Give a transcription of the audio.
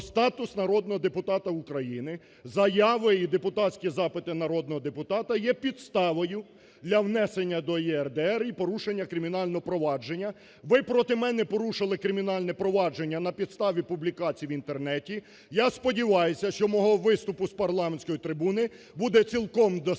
статус народного депутата України", заяви і депутатські запити народного депутата є підставою для внесення до ЄРДР і порушення кримінального провадження. Ви проти мене порушили кримінальне провадження на підставі публікацій в Інтернеті, – я сподіваюся, що мого виступу з парламентської трибуни буде цілком достатньо